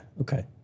Okay